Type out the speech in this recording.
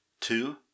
two